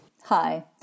Hi